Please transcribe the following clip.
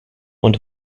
und